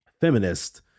feminist